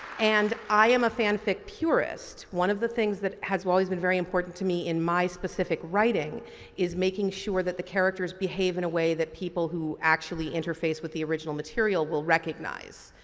and i am a fan-fic purist. one of the things that has always been very important to me in my specific writing is making sure that the characters behave in a way that people who actually interface with the original material will recognize.